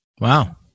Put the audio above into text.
Wow